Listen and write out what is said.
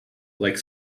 like